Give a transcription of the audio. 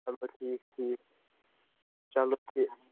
چلو ٹھیٖک ٹھیٖک چلو ٹھیٖک